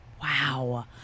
Wow